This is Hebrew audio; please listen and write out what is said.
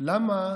למה